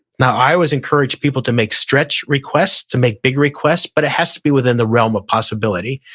now, i always encourage people to make stretch requests, to make big requests but it has to be within the realm of possibility.